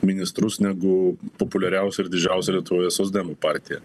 ministrus negu populiariausia ir didžiausia lietuvoje socdemų partija